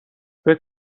فکر